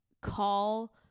call